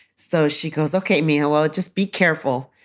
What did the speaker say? so she goes, ok, mija. well, just be careful.